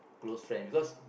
close friend because